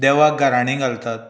देवाक गाराणें घालतात